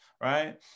right